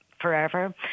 Forever